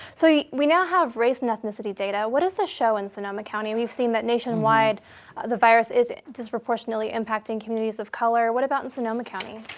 so we now have race and ethnicity data. what is the show in sonoma county? we've seen that nationwide the virus is disproportionately impacting communities of color. what about in sonoma county?